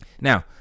Now